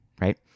right